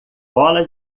bola